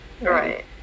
right